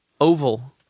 Oval